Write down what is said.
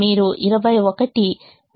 మీరు 21